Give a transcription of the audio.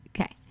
Okay